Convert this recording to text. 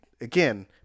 Again